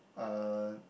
uh